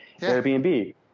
Airbnb